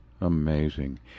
amazing